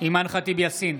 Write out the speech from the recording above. אימאן ח'טיב יאסין,